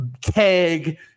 keg